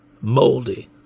Moldy